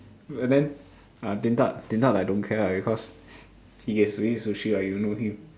and then uh Din-Tat Din-Tat like don't care lah because he gets to eat sushi ah if you know him